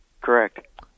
correct